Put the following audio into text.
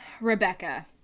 Rebecca